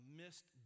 missed